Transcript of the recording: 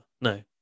No